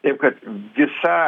taip kad visa